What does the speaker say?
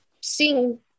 seeing